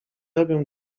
robią